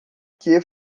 que